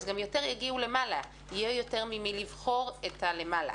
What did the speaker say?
יותר נשים גם יגיעו למעלה ויהיה יותר ממי לבחור את הלמעלה.